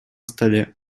столе